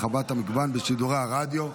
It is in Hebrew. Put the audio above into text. הרחבת המגוון בשידורי הרדיו),